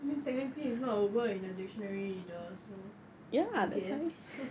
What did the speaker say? I mean technically it's not a word in the dictionary either so I guess